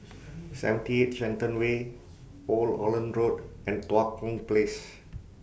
seventy eight Shenton Way Old Holland Road and Tua Kong Place